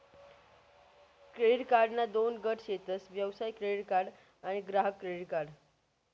credit कार्डना दोन गट शेतस व्यवसाय क्रेडीट कार्ड आणि ग्राहक क्रेडीट कार्ड